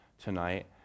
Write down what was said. tonight